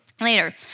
later